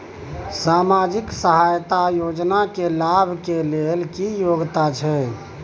सामाजिक सहायता योजना के लाभ के लेल की योग्यता छै?